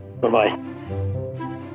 Bye-bye